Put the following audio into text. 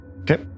Okay